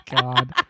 God